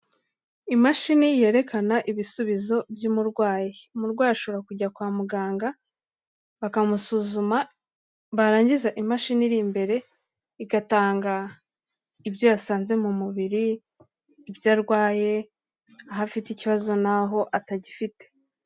Imashini yerekana ibisubizo by'umurwayi, umurwayi ashobora kujya kwa muganga, bakamusuzuma, barangiza imashini iri imbere, igatanga ibyo yasanze mu mubiri, ibyo arwaye, aho afite ikibazo naho atagifite.